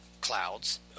clouds